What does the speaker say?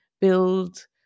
build